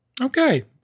Okay